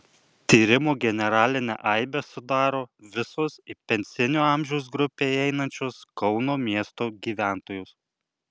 tyrimo generalinę aibę sudaro visos į pensinio amžiaus grupę įeinančios kauno miesto gyventojos